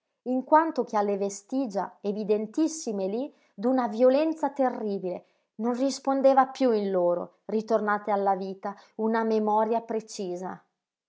in quanto che alle vestigia evidentissime lí d'una violenza terribile non rispondeva piú in loro ritornate alla vita una memoria precisa